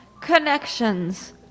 connections